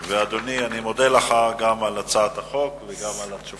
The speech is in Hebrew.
הגיעו אלינו תלונות על התנהלותה של